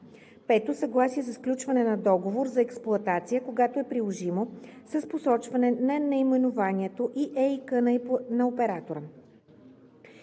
5. съгласие за сключване на договор за експлоатация, когато е приложимо, с посочване на наименованието и ЕИК на оператора;